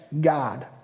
God